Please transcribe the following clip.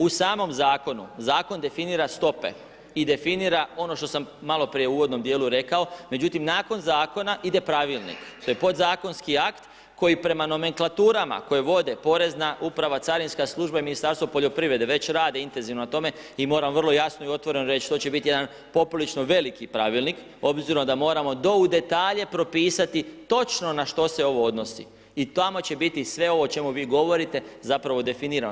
U samom zakonu, zakon definira stope i definira ono što sam maloprije u uvodnom djelu rekao, međutim nakon zakona ide pravilnik, to je podzakonski akt koji prema nomenklaturama koje vode porezna uprava, carinska služba i Ministarstvo poljoprivrede već rade intenzivno na tome i moram vrlo jasno i otvoreno reći, to će biti poprilično jedan veliki pravilnik obzirom da moramo do u detalje propisati točno na što se ovo odnosi i tamo će biti sve ovo o čemu vi govorite, zapravo definirano.